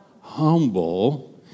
humble